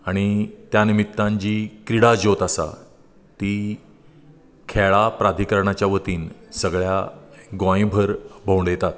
आनी त्या निमितान जी क्रिडा ज्योत आसा ती खेळा प्राधिकरणाच्या वतीन सगळ्या गोंयभर भोंवडायतात